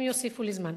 אם יוסיפו לי זמן.